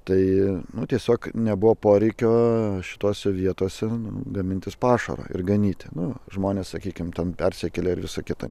tai tiesiog nebuvo poreikio šitose vietose gamintis pašaro ir ganyti na žmonės sakykime tam persikėlę ir visa kita